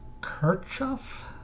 Kirchhoff